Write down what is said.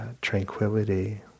tranquility